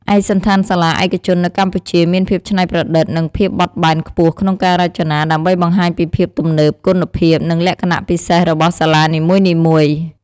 ឯកសណ្ឋានសាលាឯកជននៅកម្ពុជាមានភាពច្នៃប្រឌិត និងភាពបត់បែនខ្ពស់ក្នុងការរចនា ដើម្បីបង្ហាញពីភាពទំនើប គុណភាព និងលក្ខណៈពិសេសរបស់សាលានីមួយៗ ។